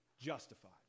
Justified